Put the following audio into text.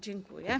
Dziękuję.